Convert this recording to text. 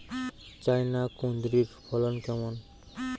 China কুঁদরীর ফলন কেমন?